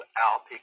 out